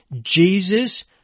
Jesus